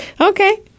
Okay